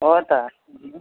हो त